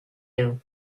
you